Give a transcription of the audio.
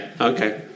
okay